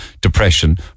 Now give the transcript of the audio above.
depression